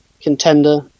contender